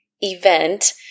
event